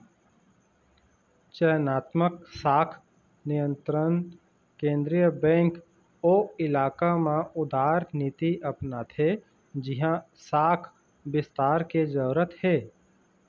चयनात्मक शाख नियंत्रन केंद्रीय बेंक ओ इलाका म उदारनीति अपनाथे जिहाँ शाख बिस्तार के जरूरत हे